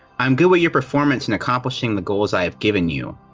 i'm good with your performance and accomplishing the goals i have given you.